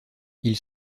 ils